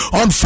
on